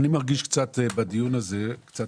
אני מרגיש בדיון הזה קצת